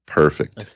perfect